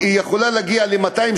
היא יכולה להגיע ל-200,